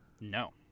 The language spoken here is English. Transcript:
No